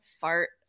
fart